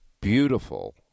beautiful